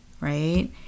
right